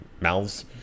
mouths